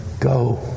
go